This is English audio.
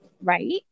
Right